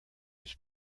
its